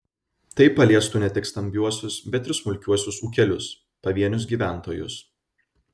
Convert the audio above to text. tai paliestų ne tik stambiuosius bet ir smulkiuosius ūkelius pavienius gyventojus